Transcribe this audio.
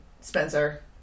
Spencer